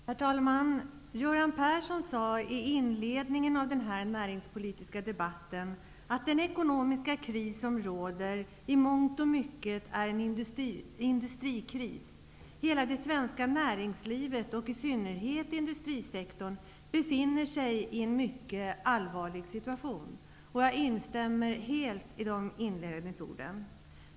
Herr talman! Göran Persson sade i inledningen av denna näringspolitiska debatt att den ekonomiska kris som råder i mångt och mycket är en industrikris. Hela det svenska näringslivet, i synnerhet industrisektorn, befinner sig i en mycket allvarlig situation. Jag instämmer helt i de inledningsorden.